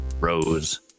Rose